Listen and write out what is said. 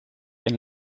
een